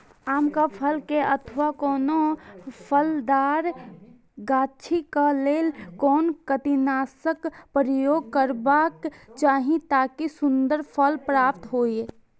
आम क फल में अथवा कोनो फलदार गाछि क लेल कोन कीटनाशक प्रयोग करबाक चाही ताकि सुन्दर फल प्राप्त हुऐ?